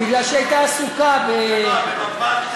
כי היא הייתה עסוקה, במה?